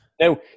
Now